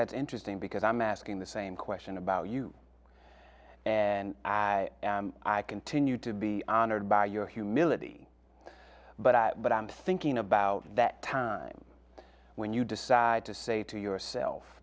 that's interesting because i'm asking the same question about you and i i continue to be honored by your humility but i but i'm thinking about that time when you decide to say to yourself